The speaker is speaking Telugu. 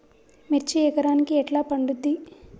మిర్చి ఎకరానికి ఎట్లా పండుద్ధి?